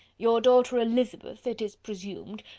your daughter elizabeth, it is presumed,